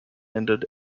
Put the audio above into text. ended